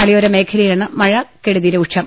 മലയോര മേഖലയിലാണ് മഴകെടുതി രൂക്ഷം